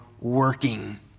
working